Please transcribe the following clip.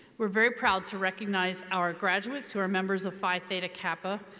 we're very proud to recognize our graduates who are members of phi theta kappa.